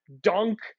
dunk